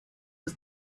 was